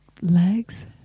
legs